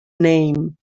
name